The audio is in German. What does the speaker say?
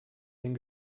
den